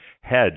hedge